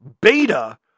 beta